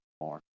more